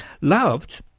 Loved